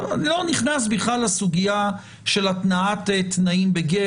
אני לא נכנס בכלל לסוגיה של התנאת תנאים בגט.